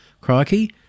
Crikey